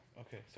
Okay